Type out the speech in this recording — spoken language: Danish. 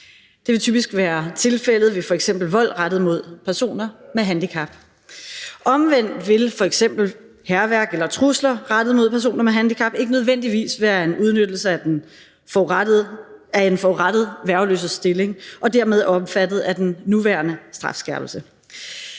Det vil typisk være tilfældet ved f.eks. vold rettet mod personer med handicap. Omvendt vil f.eks. hærværk eller trusler rettet mod personer med handicap ikke nødvendigvis være en udnyttelse af en forurettets værgeløse stilling og dermed være omfattet af den nuværende strafskærpelse.